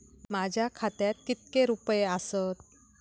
माझ्या खात्यात कितके रुपये आसत?